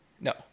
no